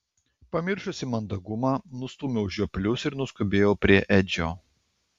pamiršusi mandagumą nustūmiau žioplius ir nuskubėjau prie edžio